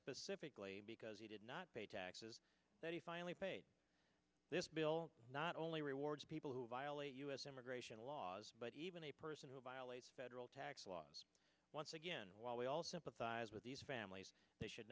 specifically because he did not pay taxes that he finally paid this bill not only rewards people who violate u s immigration laws but even a person who violates federal tax laws once again while we all sympathize with these families they should